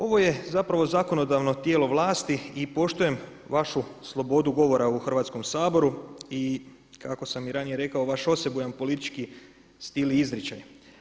Ovo je zapravo zakonodavno tijelo vlasti i poštujem vašu slobodu govora u Hrvatskom saboru i kako sam i ranije rekao vaš osebujan politički stil i izričaj.